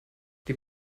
die